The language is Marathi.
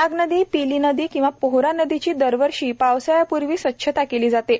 नागनदी पिली नदी किंवा पोहरा नदीची दरवर्षी पावसाळ्यापूर्वी स्वच्छता केली जाते